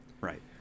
Right